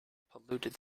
polluted